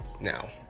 Now